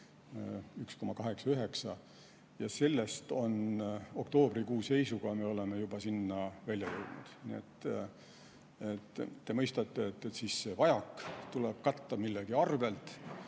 1,8–1,9 miljonit. Ja oktoobrikuu seisuga me olime juba sinna välja jõudnud. Te mõistate, et vajak tuleb katta millegi arvel